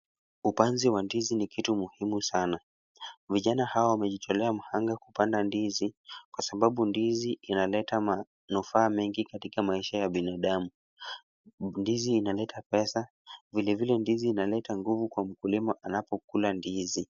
Upanzi wa ndizi ni kitu muhimu sana. Vijana hawa wamejitolea mhanga kupanda ndizi kwa sababu ndizi inaleta manufaa mengi katika maisha ya binadamu. Ndizi inaleta pesa vilevile ndizi inaleta nguvu kwa mkulima anapokula ndizi.